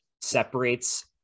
separates